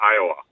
Iowa